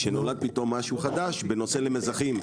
נולד פתאום משהו חדש בנושא המזחים.